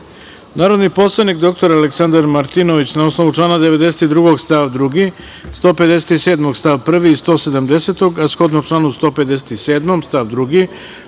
predlog. Narodni poslanik dr Aleksandar Martinović, na osnovu člana 92. stav 2, 157. stav 1. i 170, a shodno članu 157. stav 2.